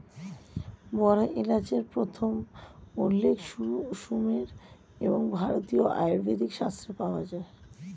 বড় এলাচের প্রথম উল্লেখ সুমের এবং ভারতীয় আয়ুর্বেদিক শাস্ত্রে পাওয়া যায়